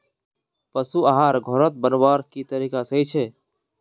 पशु आहार घोरोत बनवार की तरीका सही छे?